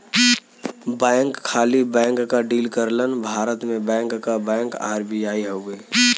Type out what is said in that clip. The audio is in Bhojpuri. बैंक खाली बैंक क डील करलन भारत में बैंक क बैंक आर.बी.आई हउवे